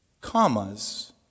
commas